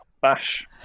bash